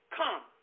come